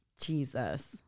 Jesus